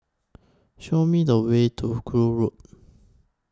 Show Me The Way to Gul Road